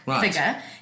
figure